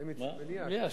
מליאה.